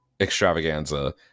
extravaganza